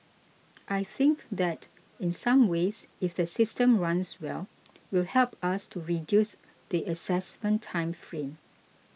I think that in some ways if the system runs well will help us to reduce the assessment time frame